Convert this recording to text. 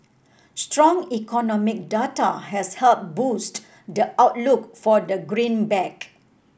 strong economic data has helped boost the outlook for the greenback